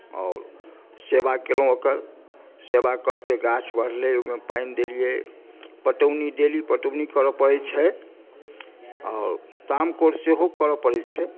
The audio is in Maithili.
आओर सेवा केलहुँ ओकर सेवा कऽ के गाछ बढ़लै ओहिमे पानि देलियै पटौनी डेली पटौनी करय पड़ैत छै आओर ताम कोर सेहो करय पड़ैत छै